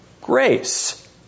grace